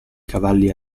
cavalli